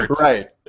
Right